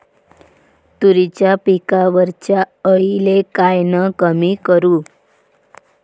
तुरीच्या पिकावरच्या अळीले कायनं कमी करू?